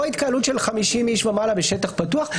למעט התקהלות של מעל 50 אנשים ומעלה בשטח פתוח.